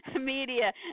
media